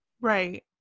Right